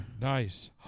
Nice